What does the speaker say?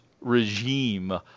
regime